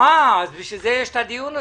אה, בשביל זה מתקיים הדיון הזה.